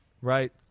right